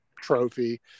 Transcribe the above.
trophy